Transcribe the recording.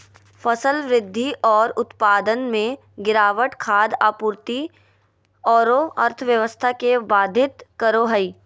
फसल वृद्धि और उत्पादन में गिरावट खाद्य आपूर्ति औरो अर्थव्यवस्था के बाधित करो हइ